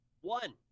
One